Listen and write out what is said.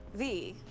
v.